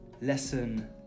Lesson